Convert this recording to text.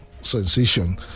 sensation